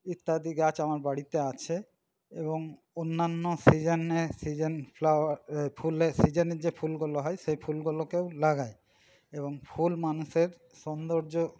ইত্যাদি গাছ আমার বাড়িতে আছে এবং অন্যান্য সিজন সিজন ফ্লাওয়ার ফুলের সিজনে যে ফুলগুলো হয় সেই ফুলগুলোকেও লাগাই এবং ফুল মানুষের সৌন্দর্য